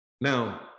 now